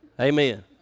Amen